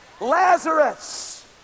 Lazarus